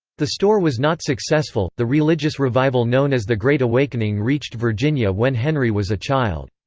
the store was not successful the religious revival known as the great awakening reached virginia when henry was a child.